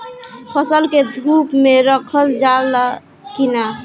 फसल के धुप मे रखल जाला कि न?